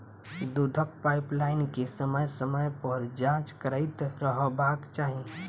दूधक पाइपलाइन के समय समय पर जाँच करैत रहबाक चाही